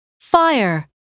Fire